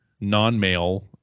non-male